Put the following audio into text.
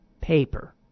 paper